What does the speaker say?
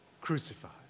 crucified